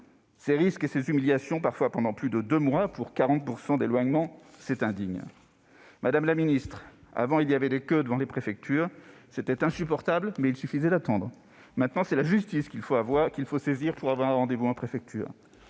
Ces risques et ces humiliations, parfois pendant plus de deux mois, pour moins de 40 % d'éloignements, c'est indigne ! Madame la ministre, avant, il y avait des queues devant les préfectures. C'était insupportable, mais il suffisait d'attendre. Aujourd'hui, c'est la justice qu'il faut saisir pour avoir un rendez-vous en préfecture.